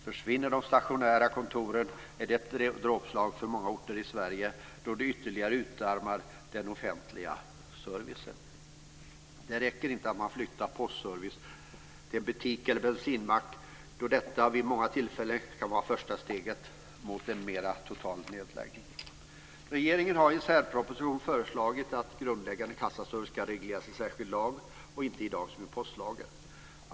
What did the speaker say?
Försvinner de stationära kontoren är det ett dråpslag för många orter i Sverige, då det ytterligare utarmar den offentliga servicen. Det räcker inte att man flyttar postservicen till en butik eller en bensinmack, då detta vid många tillfällen kan vara det första steget mot en total nedläggning. Regeringen har i en särproposition föreslagit att den grundläggande kassaservicen ska regleras i en särskild lag och inte, som i dag, i postlagen.